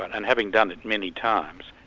but and having done it many times,